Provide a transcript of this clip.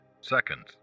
seconds